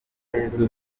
yesu